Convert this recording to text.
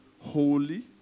Holy